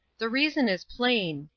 the reason is plain,